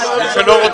זה לא טיעון.